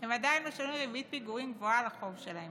הם עדיין משלמים ריבית פיגורים גבוהה על החוב שלהם.